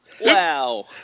Wow